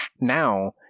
now